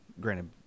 Granted